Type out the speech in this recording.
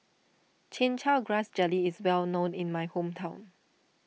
Chin Chow Grass Jelly is well known in my hometown